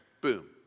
Boom